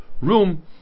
room